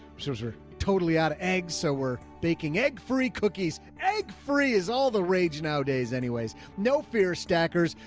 so those are totally out of eggs. so we're baking egg free cookies. egg free is all the rage nowadays. anyways, no fear stackers.